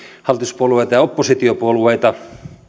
hallituspuolueita ja oppositiopuolueita